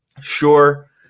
Sure